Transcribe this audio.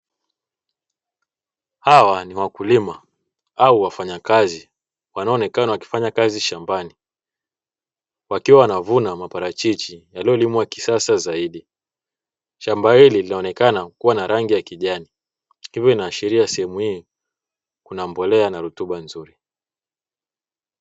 Hawa ni wakulima au wafanyakazi wanaoonekana wakifanya kazi shambani wakiwa wanavuna maparachichi yaliyolimwa kisasa zaidi, shamba hili linaonekana kuwa na rangi ya kijani, hivyo inaashiria sehemu hii kuna mbolea na rutuba nzuri.